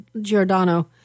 Giordano